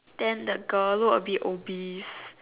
then the girl look a bit obese